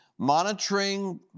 monitoring